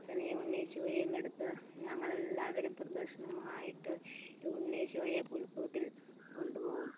അച്ചനീ ഉണ്ണീശോയും എടുത്ത് ഞങ്ങളെല്ലാവരും പ്രദക്ഷിണമായിട്ട് ഈ ഉണ്ണീശോയെ പുൽക്കൂട്ടിൽ കൊണ്ട് പോകും